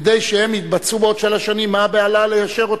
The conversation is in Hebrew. כדי שיתבצעו בעוד שלוש שנים, מה הבהלה לאשר אותן?